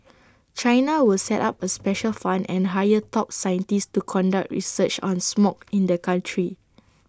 China will set up A special fund and hire top scientists to conduct research on smog in the country